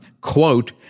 quote